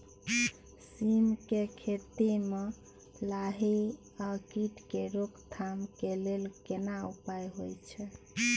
सीम के खेती म लाही आ कीट के रोक थाम के लेल केना उपाय होय छै?